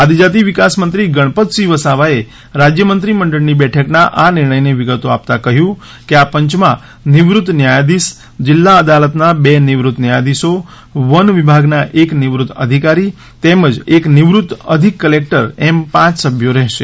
આદિજાતિ વિકાસમંત્રી ગણપતસિંહ વસાવાએ રાજ્ય મંત્રીમંડળની બેઠકના આ નિર્ણયની વિગતો આપતાં કહ્યું કે આ પંચમાં નિવૃત્ત ન્યાયાધિશ જિલ્લા અદાલતના બે નિવૃત્ત ન્યાયાધિશો વન વિભાગના એક નિવૃત્ત અધિકારી તેમજ એક નિવૃત્ત અધિક કલેકટર એમ પાંચ સભ્યો રહેશે